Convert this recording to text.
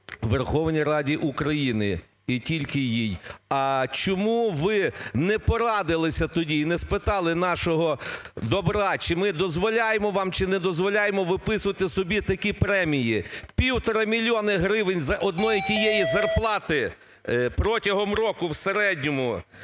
Верховній Раді України і тільки їй. А чому ви не порадилися тоді і не спитали нашого добра, чи ми дозволяємо вам, чи не дозволяємо виписувати собі такі премії – 1,5 мільйона гривень з однієї тієї зарплати протягом року в середньому.